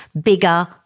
bigger